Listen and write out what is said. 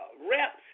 reps